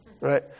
right